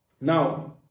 Now